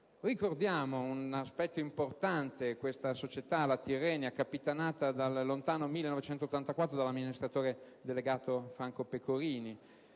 sottolineare un aspetto importante: la società è stata capitanata dal lontano 1984 dall'amministratore delegato Franco Pecorini;